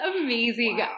amazing